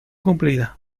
cumplida